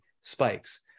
spikes